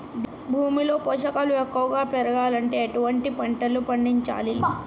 భూమిలో పోషకాలు ఎక్కువగా పెరగాలంటే ఎటువంటి పంటలు పండించాలే?